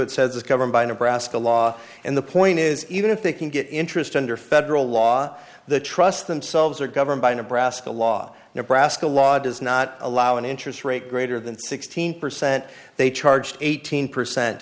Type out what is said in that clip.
it says is governed by nebraska law and the point is even if they can get interest under federal law the trust themselves are governed by a nebraska law nebraska law does not allow an interest rate greater than sixteen percent they charged eighteen percent